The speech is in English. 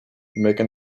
megan